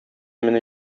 мине